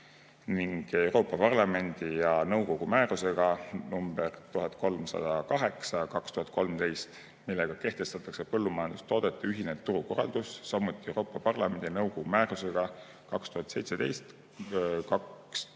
ning Euroopa Parlamendi ja nõukogu määrusega nr 1308/2013, millega kehtestatakse põllumajandustoodete ühine turukorraldus, samuti Euroopa Parlamendi ja nõukogu määrusega nr 2017/2101,